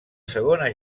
segona